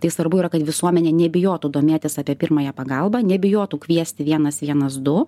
tai svarbu yra kad visuomenė nebijotų domėtis apie pirmąją pagalbą nebijotų kviesti vienas vienas du